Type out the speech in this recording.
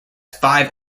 five